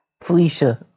Felicia